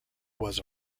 was